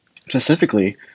Specifically